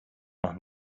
noch